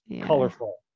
colorful